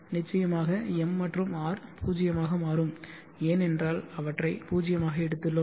நிச்சயமாக எம் மற்றும் ஆர் 0 ஆக மாறும் ஏனென்றால் அவற்றை 0 ஆக எடுத்துள்ளோம்